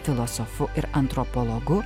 filosofu ir antropologu